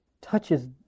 touches